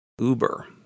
Uber